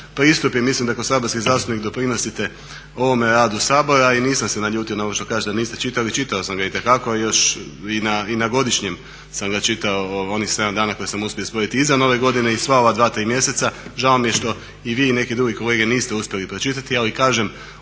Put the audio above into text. pristup, i mislim da kao saborski zastupnik doprinosite ovome radu Sabora i nisam se naljutio na ovo što kažete da niste čitali, čitao sam ga itekako još i na godišnjem sam ga čitao, onih 7 dana koje sam uspio izboriti iza Nove godine, i sva ova dva, tri mjeseca. Žao mi je što i vi i neki drugi kolege niste uspjeli pročitati, ali kažem